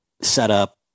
setup